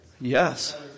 Yes